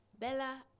Bella